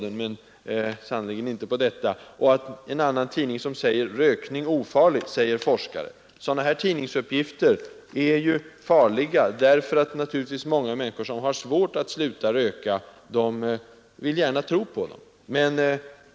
En tidning skriver: ”Rökning ofarlig säger forskare.” Sådana tidningsuppgifter är farliga, därför att många människor, som har svårt att sluta röka, naturligtvis gärna vill tro på dem.